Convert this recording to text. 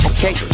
Okay